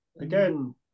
Again